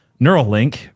Neuralink